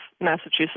Massachusetts